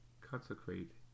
consecrate